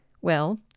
Well